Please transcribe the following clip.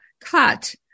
cut